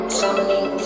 summoning